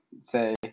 say